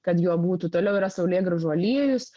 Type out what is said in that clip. kad juo būtų toliau yra saulėgrąžų aliejus